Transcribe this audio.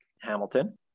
Hamilton